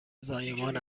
زایمان